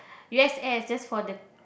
u_s_s just for the